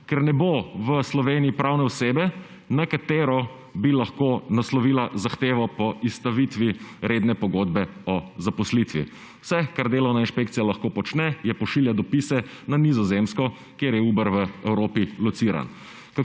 (IP) – 17.45 (nadaljevanje) na katero bi lahko naslovila zahtevo po izstavitvi redne pogodbe o zaposlitvi. Vse, kar delovna inšpekcija lahko počne, je pošilja dopise na Nizozemsko, kjer je Uber v Evropi lociran.